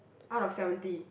out of seventy